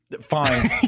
Fine